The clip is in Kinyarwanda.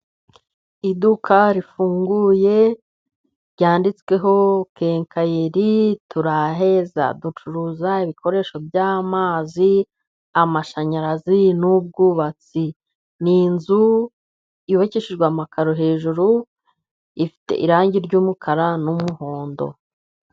Iduka rifunguye ryanditsweho kenkayeri Turaheza . Ducuruza ibikoresho by'amazi , amashanyarazi , n'ubwubatsi . Ni inzu yubakishijwe amakaro hejuru , ifite irangi ry' umukara n'umuhondo.